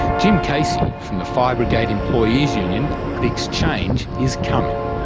jim casey, from the fire brigade employees union, predicts change is coming.